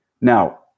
Now